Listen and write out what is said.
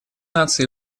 наций